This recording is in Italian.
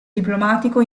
diplomatico